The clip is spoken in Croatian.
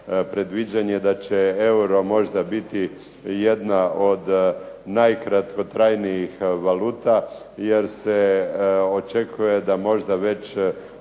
predviđanje da će euro možda biti jedna od najkratkotrajnijih valuta jer se očekuje da možda već